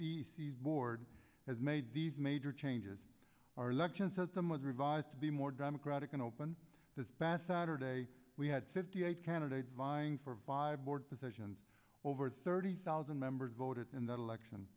c s board has made these major changes our election system was revised to be more democratic and open this past saturday we had fifty eight candidates vying for five board positions over thirty thousand members voted in that election